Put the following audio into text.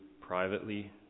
privately